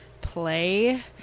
play